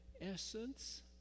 essence